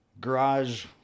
garage